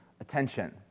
attention